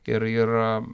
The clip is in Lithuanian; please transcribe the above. ir ir